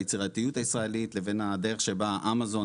היצירתיות הישראלית לבין הדרך שבה אמזון